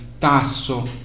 Tasso